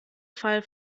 fall